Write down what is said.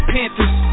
Panthers